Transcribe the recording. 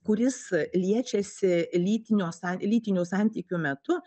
kuris liečiasi lytinio san lytinių santykių metu